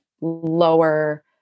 lower